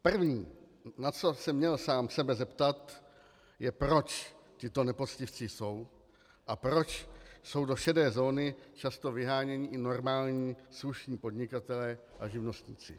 První, na co se měl sám sebe zeptat, je, proč tito nepoctivci jsou a proč jsou do šedé zóny často vyháněni i normální slušní podnikatelé a živnostníci.